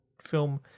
film